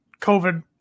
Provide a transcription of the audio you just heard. COVID